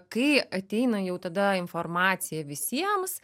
kai ateina jau tada informacija visiems